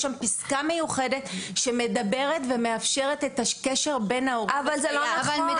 יש שם פסקה מיוחדת שמדברת ומאפשרת את הקשר בין ההורים --- זה לא נכון.